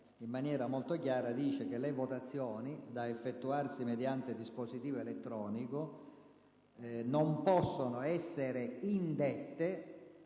in maniera molto chiara, stabilisce che le votazioni da effettuarsi mediante dispositivo elettronico non possono essere indette